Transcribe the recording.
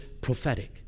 prophetic